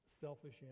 selfish